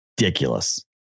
ridiculous